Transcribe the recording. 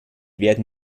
werden